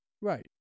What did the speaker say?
Right